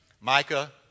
Micah